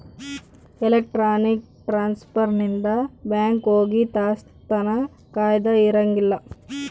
electronic transfer ಇಂದ bank ಹೋಗಿ ತಾಸ್ ತನ ಕಾಯದ ಇರಂಗಿಲ್ಲ